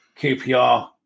QPR